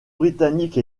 britanniques